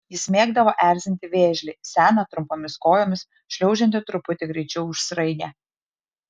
jis mėgdavo erzinti vėžlį seną trumpomis kojomis šliaužiantį truputį greičiau už sraigę